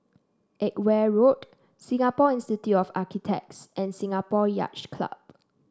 Edgware Road Singapore Institute of Architects and Singapore Yacht Club